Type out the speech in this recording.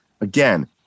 Again